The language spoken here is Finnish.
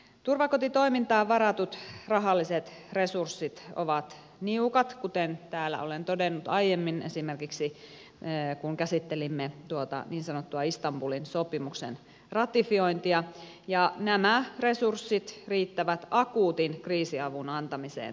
turvakotitoimintaan varatut rahalliset resurssit ovat niukat kuten täällä olen todennut aiemmin esimerkiksi kun käsittelimme tuota niin sanottua istanbulin sopimuksen ratifiointia ja nämä resurssit riittävät akuutin kriisiavun antamiseen turvakodissa